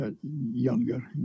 younger